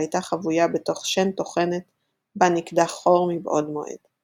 שהייתה חבויה בתוך שן טוחנת בה נקדח חור מבעוד מועד.